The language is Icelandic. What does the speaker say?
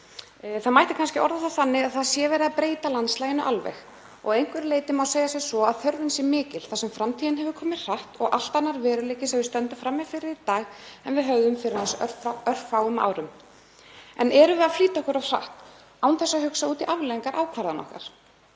Það mætti kannski orða það þannig að verið sé að breyta landslaginu alveg. Að einhverju leyti má segja sem svo að þörfin sé mikil þar sem framtíðin hefur komið hratt og allt annar veruleiki sem við stöndum frammi fyrir í dag en við höfðum fyrir aðeins örfáum árum. En erum við að flýta okkur of hratt án þess að hugsa út í afleiðingar ákvarðana okkar?